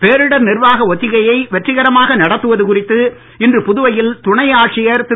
பேரிடர் நிர்வாக ஒத்திகையை வெற்றிகாரமாக நடத்துவது குறித்து இன்று புதுவையில் துணை ஆட்சியர் திரு